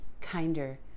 kinder